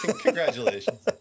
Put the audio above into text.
Congratulations